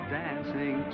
dancing